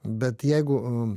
bet jeigu